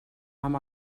amb